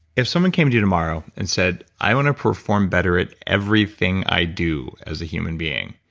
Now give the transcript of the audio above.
if someone came to you tomorrow and said i want to perform better at everything i do as a human being.